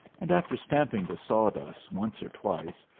and after stamping the sawdust once or twice,